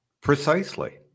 Precisely